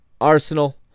Arsenal